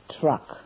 truck